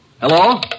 Hello